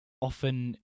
often